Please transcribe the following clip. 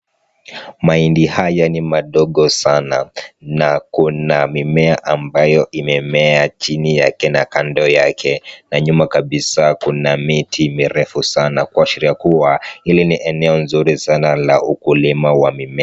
Mahindi haya ni madogo sana na kuna mimea ambayo imemea chini yake na kando yake na nyuma kabisa kuna miti mirefu sana kuashiria kuwa hili ni eneo nzuri sana la ukulima wa mimea.